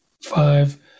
five